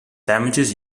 damages